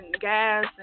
gas